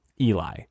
Eli